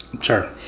Sure